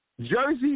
Jersey